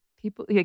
people